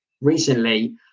recently